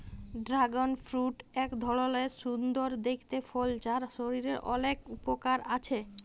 dragon fruit এক ধরলের সুন্দর দেখতে ফল যার শরীরের অলেক উপকার আছে